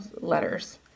letters